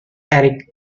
eric